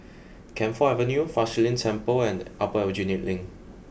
Camphor Avenue Fa Shi Lin Temple and Upper Aljunied Link